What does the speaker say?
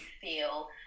feel